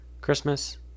Christmas